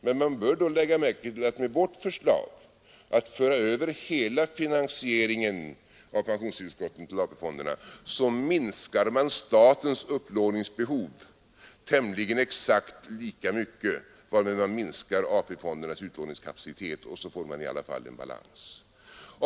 Men man bör då lägga märke till att med vårt förslag att föra över hela finansieringen av pensionstillskotten till AP-fonderna minskar man statens upplåningsbehov med tämligen exakt lika stort belopp som det varmed man minskar AP-fondernas utlåningskapacitet, och så får man i alla fall en balans.